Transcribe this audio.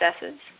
successes